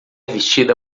vestida